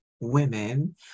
women